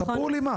תספרו לי מה.